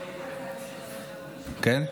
כן?